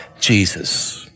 Jesus